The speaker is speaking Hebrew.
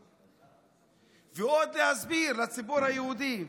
ועוד להסביר לציבור היהודי,